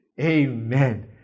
Amen